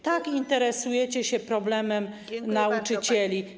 Tak interesujecie się problemem nauczycieli.